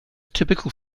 typical